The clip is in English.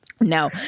No